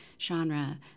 genre